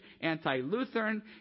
Anti-Lutheran